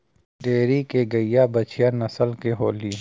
dairy के गईया बढ़िया नसल के होली